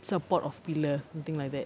support of pillar something like that